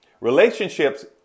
Relationships